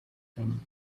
them